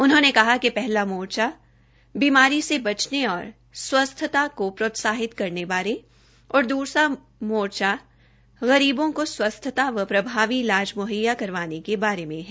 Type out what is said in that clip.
उन्होंने कहा कि पहला मोर्चा बीमारी से बचने और स्वस्थता को प्रोत्साहित करने बारे और दूसर मोर्चा गरीबों को स्वस्थता व प्रभावी इलाज मुहैया करवाने के बारे में है